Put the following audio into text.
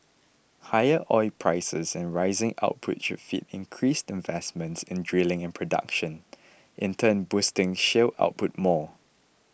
higher oil prices and rising output should feed increased investment in drilling and production in turn boosting shale output more